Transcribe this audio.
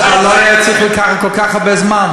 אז זה לא היה צריך לקחת כל כך הרבה זמן.